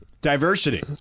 Diversity